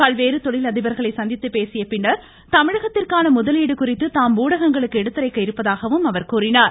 பல்வேறு தொழிலதிபர்களை சந்தித்த பேசிய பின்னர் தமிழகத்திற்கான முதலீடு குறித்து தாம் ஊடகங்களுக்கு எடுத்துரைக்க இருப்பதாகவும் கூறினார்